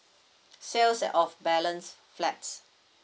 sales uh of balanced flat